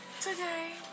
today